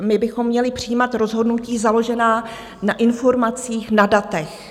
My bychom měli přijímat rozhodnutí založená na informacích, na datech.